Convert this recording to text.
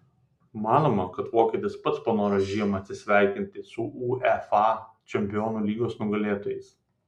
manoma kad vokietis pats panoro žiemą atsisveikinti su uefa čempionų lygos nugalėtojais